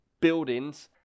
buildings